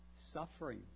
suffering